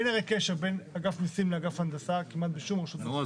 אין הרי קשר בין אגף מיסים לאגף הנדסה כמעט בשום רשות מקומית,